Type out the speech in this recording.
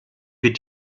wir